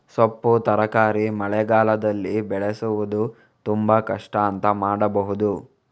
ಸೊಪ್ಪು ತರಕಾರಿ ಮಳೆಗಾಲದಲ್ಲಿ ಬೆಳೆಸುವುದು ತುಂಬಾ ಕಷ್ಟ ಎಂತ ಮಾಡಬಹುದು?